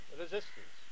resistance